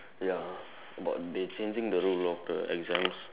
ya about they changing the rule of the exams